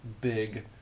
big